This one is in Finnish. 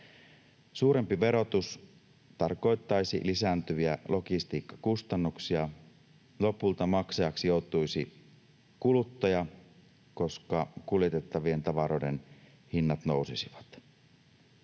Suurempi verotus tarkoittaisi lisääntyviä logistiikkakustannuksia. Lopulta maksajaksi joutuisi kuluttaja, koska kuljetettavien tavaroiden hinnat nousisivat.